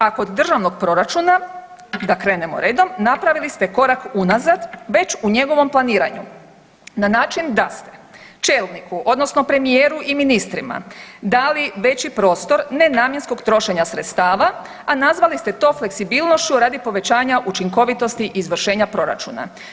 A kod državnog proračuna da krenemo redom, napravili ste korak unazad već u njegovom planiranju na način da ste čelniku odnosno premijeru i ministrima dali veći prostor nenamjenskog trošenja sredstava, a nazvali ste to fleksibilnošću radi povećanja učinkovitosti izvršenja proračuna.